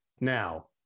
now